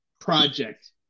project